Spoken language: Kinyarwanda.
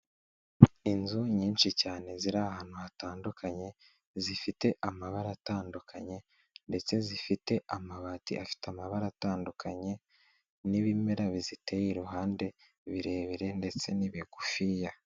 Inzu nyinshi cyane zirahantu hatandukanye, zifite amabara atandukanye, ndetse zifite amabati afite amabara atandukanye, n'ibimera biziteye iruhande birebire ndetse n'ibigufiya.